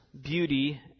beauty